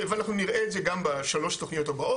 ואנחנו נראה את זה גם בשלוש התוכניות הבאות.